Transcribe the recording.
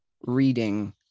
reading